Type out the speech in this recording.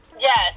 Yes